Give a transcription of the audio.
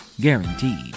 Guaranteed